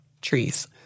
trees